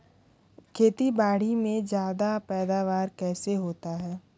खेतीबाड़ी में ज्यादा पैदावार कैसे होती है?